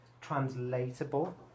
translatable